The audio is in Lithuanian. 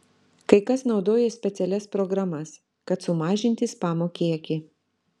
kai kas naudoja specialias programas kad sumažinti spamo kiekį